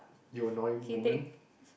you annoying women